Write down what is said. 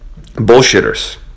bullshitters